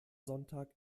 sonntag